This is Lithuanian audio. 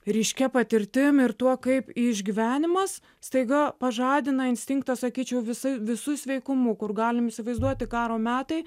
ryškia patirtim ir tuo kaip išgyvenimas staiga pažadina instinktą sakyčiau visai visu sveikumu kur galim įsivaizduoti karo metai